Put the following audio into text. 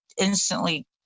instantly